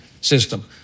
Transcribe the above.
system